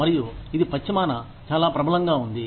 మరియు ఇది పశ్చిమాన చాలా ప్రబలంగా ఉంది